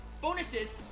bonuses